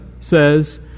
says